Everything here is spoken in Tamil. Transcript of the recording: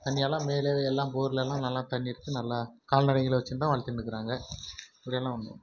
தண்ணி எல்லாம் மேலையே எல்லாம் போரில் எல்லாம் நல்லா தண்ணி இருக்குது நல்லா கால்நடைகளை வச்சுன்னு தான் வளர்த்துன்னுக்குறாங்க அப்படி எல்லாம் ஒன்றும்